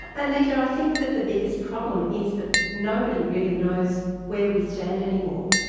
anita, i think that the biggest problem is that nobody really knows where we stand anymore.